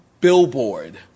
billboard